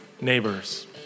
neighbors